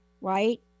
right